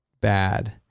bad